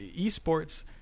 eSports